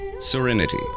Serenity